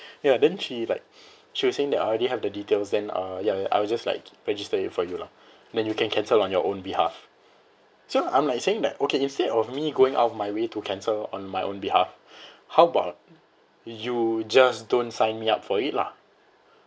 ya then she like she was saying that I already have the details then uh ya I will just like register it for you lah then you can cancel on your own behalf so I'm like saying that okay instead of me going out of my way to cancel on my own behalf how about you just don't sign me up for it lah